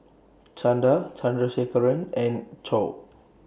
Chanda Chandrasekaran and Choor